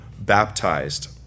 baptized